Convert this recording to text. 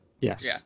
Yes